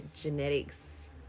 genetics